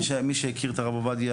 מי שהכיר את הרב עובדיה,